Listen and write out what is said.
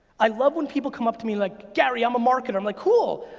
i love when people come up to me like, gary, i'm a marketer. i'm like, cool,